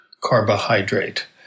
carbohydrate